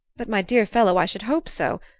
but, my dear fellow i should hope so!